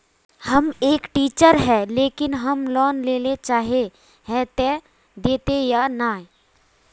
हम एक टीचर है लेकिन हम लोन लेले चाहे है ते देते या नय?